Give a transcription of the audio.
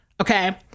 Okay